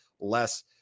less